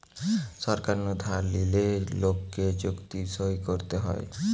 সরকার নু ধার লিলে লোককে চুক্তি সই করতে হয়